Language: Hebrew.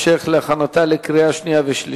מס' 110) (מתן שוחד לעובד ציבור זר),